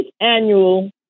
annual